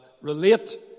relate